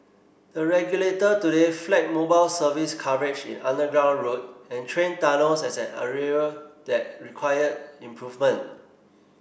the regulator today flagged mobile service coverage in underground road and train tunnels as an area that required improvement